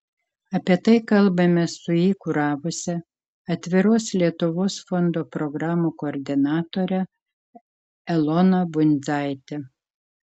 apie tai kalbamės su jį kuravusia atviros lietuvos fondo programų koordinatore elona bundzaite